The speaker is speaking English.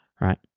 right